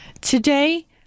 today